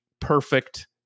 perfect